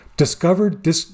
Discovered